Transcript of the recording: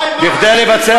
מתי מח"ש,